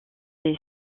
des